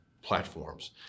platforms